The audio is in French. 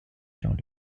dans